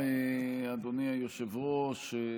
אדוני היושב-ראש,